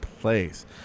place